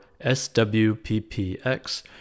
SWPPX